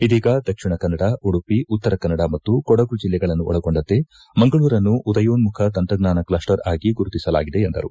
ಇದೀಗ ದಕ್ಷಿಣ ಕನ್ನಡ ಉಡುಪಿ ಉತ್ತರ ಕನ್ನಡ ಮತ್ತು ಕೊಡಗು ಜಿಲ್ಲೆಗಳನ್ನು ಒಳಗೊಂಡಂತೆ ಮಂಗಳೂರನ್ನು ಉದಯೋನ್ನುಖ ತಂತ್ರಜ್ಞಾನ ಕ್ಷಸ್ಸರ್ ಆಗಿ ಗುರುತಿಸಲಾಗಿದೆ ಎಂದರು